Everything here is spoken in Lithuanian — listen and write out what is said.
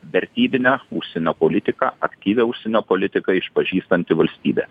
vertybinę užsienio politiką aktyvią užsienio politiką išpažįstanti valstybė